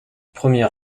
premier